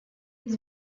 his